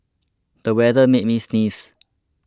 the weather made me sneeze